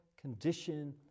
condition